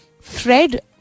Fred